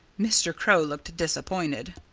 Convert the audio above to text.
mr. crow looked disappointed.